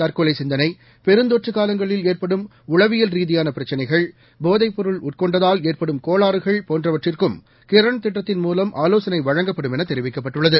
தற்கொலை சிந்தளை பெருந்தொற்று காலங்களில் ஏற்படும் உளவியல் ரீதியான பிரச்சிளைகள் போதைப் பொருள் உட்கொண்டதால் ஏற்படும் கோளாறுகள் போன்றவற்றுக்கும் கிரண் திட்டத்தின் மூலம் ஆலோசனை வழங்கப்படும் என தெரிவிக்கப்பட்டுள்ளது